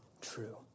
true